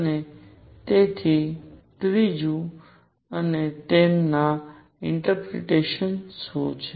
અને તેથી ત્રીજું અને તેમના ઇન્ટરપ્રિટેશન શું છે